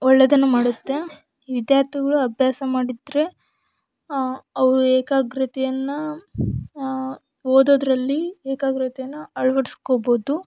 ಒಳ್ಳೆದನ್ನು ಮಾಡುತ್ತೆ ವಿದ್ಯಾರ್ಥಿಗಳು ಅಭ್ಯಾಸ ಮಾಡಿದರೆ ಅವರು ಏಕಾಗ್ರತೆಯನ್ನು ಓದೋದರಲ್ಲಿ ಏಕಾಗ್ರತೆಯನ್ನು ಅಳವಡ್ಸ್ಕೊಬೋದು